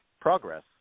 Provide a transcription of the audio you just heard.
progress